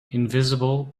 invisible